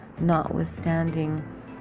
notwithstanding